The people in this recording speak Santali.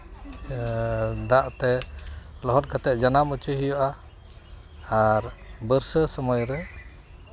ᱫᱟᱜ ᱛᱮ ᱞᱚᱦᱚᱫ ᱠᱟᱛᱮᱫ ᱡᱟᱱᱟᱢ ᱦᱚᱪᱚᱭ ᱦᱩᱭᱩᱜᱼᱟ ᱟᱨ ᱵᱟᱹᱨᱥᱟᱹ ᱥᱚᱢᱚᱭ ᱨᱮ